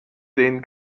den